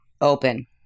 open